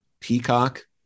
peacock